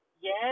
Yes